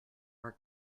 our